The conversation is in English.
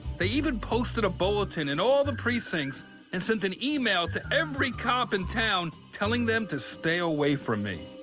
they even posted a bulletin in all the precincts and sent an email to every cop in town telling them to stay away from me.